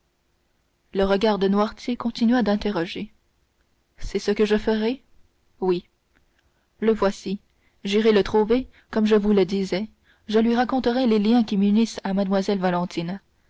le regard de noirtier continua d'interroger ce que je ferai oui le voici je l'irai trouver comme je vous le disais je lui raconterai les liens qui m'unissent à mlle valentine